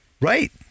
right